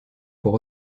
pour